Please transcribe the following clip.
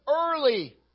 early